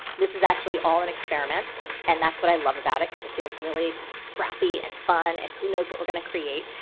this is actually all an experiment and that's what i love about it cause it feels really scrappy and fun and who knows what we're going to create.